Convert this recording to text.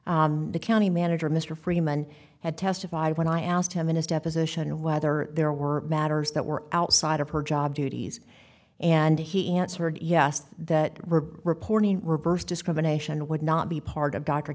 brief the county manager mr freeman had testified when i asked him in his deposition whether there were matters that were outside of her job duties and he answered yes that reporting reverse discrimination would not be part of dr